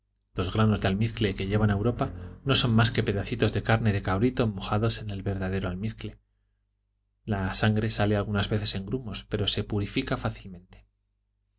los granos de almizcle que llevan a europa no son mas que pedacitos de carne de cabrito mojados en el verdadero almizcle la sangre sale algunas veces en grumos pero se purifica fácilmente